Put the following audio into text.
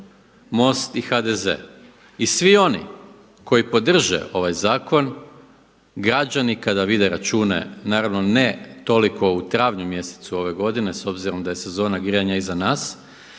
MOST i HDZ. I svi oni koji podrže ovaj zakon, građani kada vide račune, naravno ne toliko u travnju mjesecu ove godine s obzirom da je sezona grijanja iza nas,